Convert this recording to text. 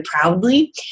proudly